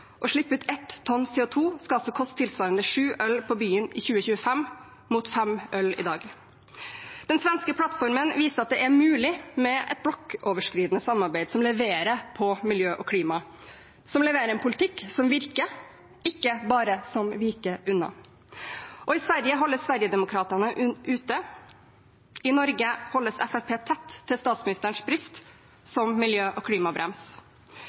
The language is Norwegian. Å slippe ut ett tonn CO2 skal altså koste tilsvarende sju øl på byen i 2025, mot fem øl i dag. Den svenske plattformen viser at det er mulig med et blokkoverskridende samarbeid som leverer på miljø og klima – som leverer en politikk som virker, ikke bare som viker unna. Og i Sverige holdes Sverigedemokraterna ute. I Norge holdes Fremskrittspartiet tett til statsministerens bryst, som miljø- og klimabrems.